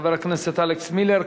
חבר הכנסת אלכס מילר.